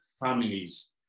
families